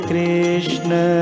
Krishna